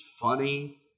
funny